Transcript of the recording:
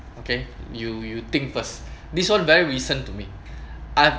okay you you think first this [one] very recent to me I've